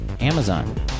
Amazon